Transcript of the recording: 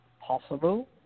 possible